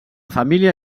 família